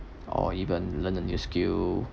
or even learn a new skill